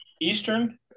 Eastern